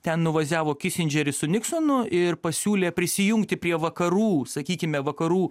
ten nuvaziavo kisindžeris su niksonu ir pasiūlė prisijungti prie vakarų sakykime vakarų